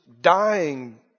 dying